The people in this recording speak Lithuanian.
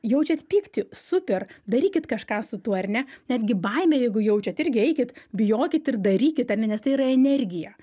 jaučiat pyktį super darykit kažką su tuo ar ne netgi baimę jeigu jaučiat irgi eikit bijokit ir darykit ane nes tai yra energija